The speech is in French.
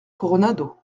coronado